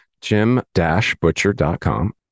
jim-butcher.com